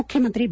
ಮುಖ್ಯಮಂತ್ರಿ ಬಿ